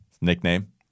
nickname